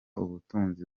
ubutunzi